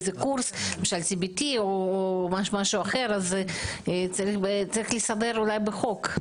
איזה קורס למשל CBT או משהו אחר אז אולי צריך לסדר בחוק,